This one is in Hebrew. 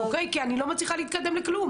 כי אני לא מצליחה להתקדם לכלום.